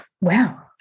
wow